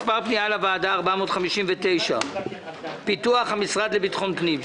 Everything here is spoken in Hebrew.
פנייה מס' 459 פיתוח המשרד לביטחון פנים.